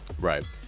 right